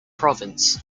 province